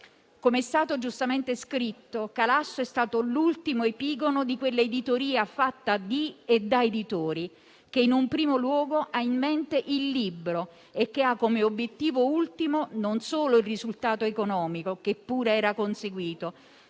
Come è stato giustamente scritto, Calasso è stato l'ultimo epigono di quell'editoria fatta di e da editori, che in primo luogo ha in mente il libro e che ha come obiettivo ultimo non solo il risultato economico, che pure era conseguito,